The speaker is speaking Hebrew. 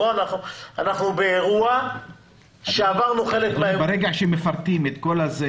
בואו, אנחנו באירוע שעברנו חלק מהאירועים.